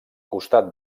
costat